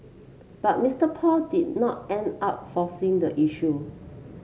but Mister Paul did not end up forcing the issue